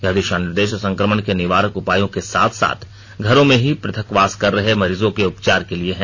यह दिशा निर्देश संक्रमण के निवारक उपायों के साथ साथ घरों में ही पृथकवास में रह रहे मरीजों के उपचार के लिए हैं